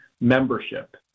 membership